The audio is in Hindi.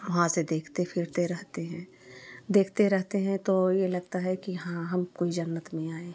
वहाँ से देखते फिरते रहते थे देखते रहते हैं तो यह लगता है कि हाँ हम कोई जन्नत में आएँ हैं